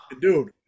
Dude